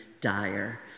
dire